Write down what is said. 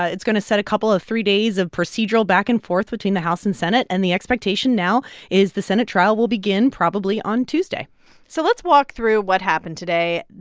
ah it's going to set a couple of three days of procedural back and forth between the house and senate. and the expectation now is the senate trial will begin probably on tuesday so let's walk through what happened today.